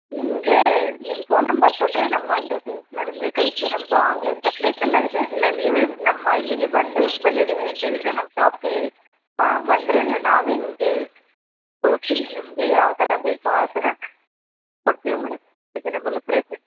ನಿಮಗೆ ನಿಮ್ಮ phone number ಕೊಟ್ರೆ ನಮ್ಮ ಅಡ್ರೆಸನ್ನ ನಾನು ನಿಮಗೆ ಕಳಿಸ್ತೀವಿ ನಮ್ದು ಆನ್ ಲೈನ್ ಸಪ್ಲೈಸ್ ಎಲ್ಲ ಇದೆ ಇಲ್ಲ ನೀವೇ ನಮ್ಮ ಇಲ್ಲಿಗೆ ಬಂದು ಬಂದ್ದಿವಿ ಅಂತ ಹೇಳಿದ್ರೆ ನಮ್ಮ ಶಾಪ್ಗೆ ಆ ಬಂದರೆ ನಾವೇ ನಿಮಗೆ ತೋರಿಸಿ ನಿಮಗೆ ಯಾವ ಥರ ಬೇಕು ಆ ಥರ ಕೊಡ್ತೀವಿ ಮ್ಯಾಡಮ್ ರೆಸನೆಬಲ್ ಪ್ರೈಸೆ